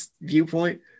viewpoint